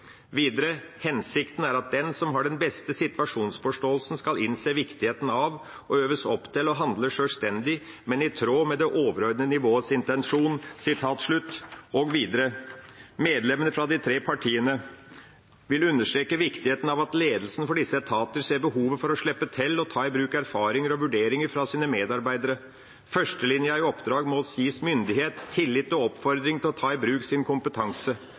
videre: «Disse medlemmer vil understreke viktigheten av at ledelsen for disse etater ser behovet for å slippe til og ta i bruk erfaringer og vurderinger fra sine medarbeidere. Førstelinja i oppdrag må gis myndighet, tillit og oppfordring til å ta i bruk sin kompetanse.